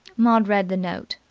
maud read the note.